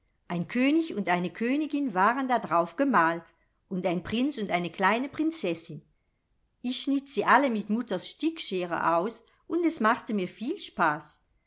ein könig und eine königin waren dadrauf gemalt und ein prinz und eine kleine prinzessin ich schnitt sie alle mit mutters stickschere aus und es machte mir viel spaß